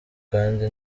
kandi